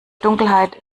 dunkelheit